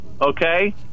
Okay